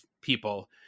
people